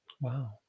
Wow